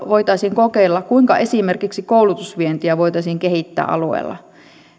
voitaisiin kokeilla kuinka esimerkiksi koulutusvientiä voitaisiin kehittää alueella